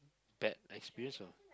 bad experience or